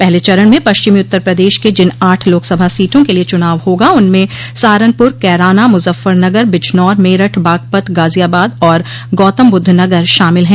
पहले चरण में पश्चिमी उत्तर प्रदेश के जिन आठ लोकसभा सीटों के लिये चुनाव होगा उनमें सहारनपुर कैराना मुजफ्फरनगर बिजनौर मेरठ बागपत गाजियाबाद और गौतमबुद्धनगर शामिल हैं